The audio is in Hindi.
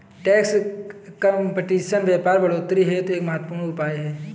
टैक्स कंपटीशन व्यापार बढ़ोतरी हेतु एक महत्वपूर्ण उपाय है